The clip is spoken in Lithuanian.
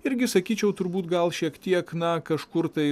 irgi sakyčiau turbūt gal šiek tiek na kažkur tai